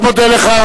מאוד מודה לך.